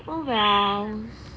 oh well